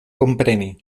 kompreni